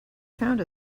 found